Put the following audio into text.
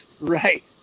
Right